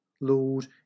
Lord